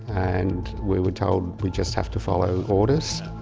and we were told we just have to follow orders.